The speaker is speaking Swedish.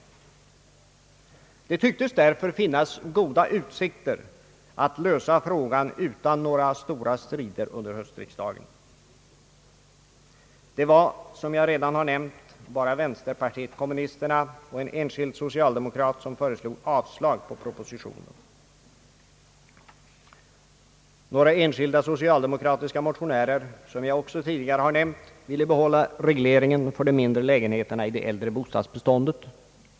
Det tycktes därför finnas goda utsitker att lösa frågan utan några stora strider under höstriksdagen. Det var, som jag redan nämnt, bara vänsterpartiet kommunisterna och en enskild socialdemokrat som föreslog avslag på propositionen. Några enskilda socialdemokratiska motionärer ville, som jag också tidigare nämnt, behålla regleringen för de mindre lägenheterna i det äldre bostadsbeståndet.